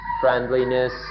friendliness